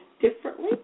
differently